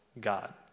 God